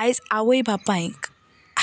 आयज आवय बापायंक